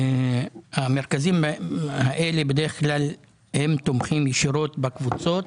המרכזים האלה בדרך כלל תומכים ישירות בקבוצות